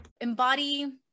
embody